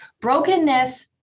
Brokenness